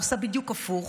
היא עושה בדיוק הפוך.